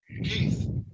Keith